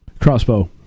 Crossbow